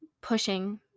pushing